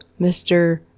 Mr